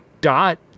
Dot